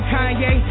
Kanye